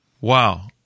Wow